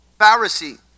Pharisee